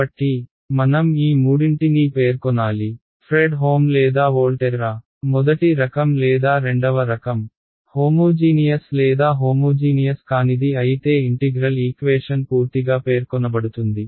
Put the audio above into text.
కాబట్టి మనం ఈ మూడింటినీ పేర్కొనాలి ఫ్రెడ్హోమ్ లేదా వోల్టెర్రా మొదటి రకం లేదా రెండవ రకం హోమోజీనియస్ లేదా హోమోజీనియస్ కానిది అయితే ఇంటిగ్రల్ ఈక్వేషన్ పూర్తిగా పేర్కొనబడుతుంది